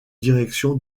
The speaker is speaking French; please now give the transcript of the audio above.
direction